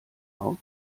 auch